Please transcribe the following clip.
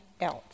else